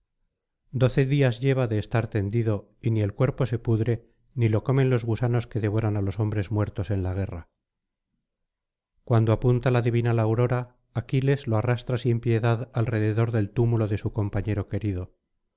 días lleva de estar tendido y ni el cuerpo se pudre ni lo comen los gusanos que devoran á los hombres muertos en la guerra cuando apunta la divinal aurora aquiles lo arrastra sin piedad alrededor del túmulo de su compañero querido